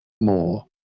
more